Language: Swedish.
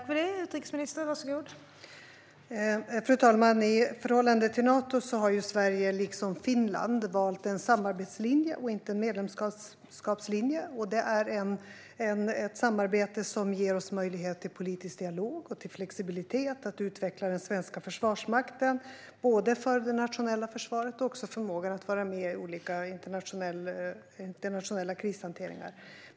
Fru talman! I förhållande till Nato har Sverige liksom Finland valt en samarbetslinje och inte en medlemskapslinje. Det är ett samarbete som ger oss möjlighet till politisk dialog och till flexibilitet att utveckla den svenska Försvarsmakten, både för det nationella försvaret och för förmågan att vara med i olika internationella krishanteringar.